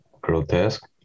grotesque